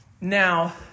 Now